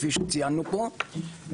כפי שציינת פה.